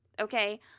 okay